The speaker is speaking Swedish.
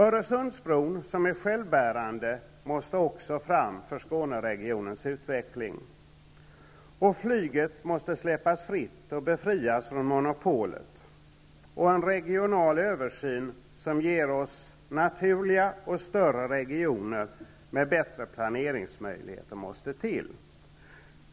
Öresundsbron, som är självbärande, måste också fram för Skåneregionens utveckling, och flyget måste släppas fritt och befrias från monopolet. En regional översyn som ger oss naturliga och större regioner med bättre planeringsmöjligheter måste till.